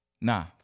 nah